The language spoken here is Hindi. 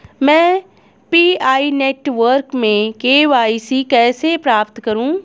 मैं पी.आई नेटवर्क में के.वाई.सी कैसे प्राप्त करूँ?